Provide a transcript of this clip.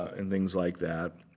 and things like that.